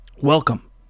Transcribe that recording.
Welcome